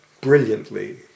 brilliantly